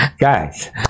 guys